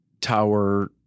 tower